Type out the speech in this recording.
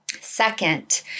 Second